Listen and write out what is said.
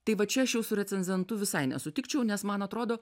tai va čia aš jau su recenzentu visai nesutikčiau nes man atrodo